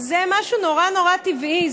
זה משהו נורא נורא טבעי.